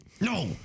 No